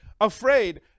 afraid